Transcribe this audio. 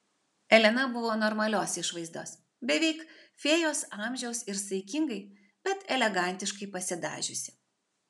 elena buvo normalios išvaizdos beveik fėjos amžiaus ir saikingai bet elegantiškai pasidažiusi